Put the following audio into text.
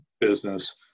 business